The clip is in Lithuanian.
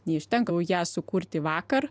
neužtenka ją sukurti vakar